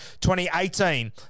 2018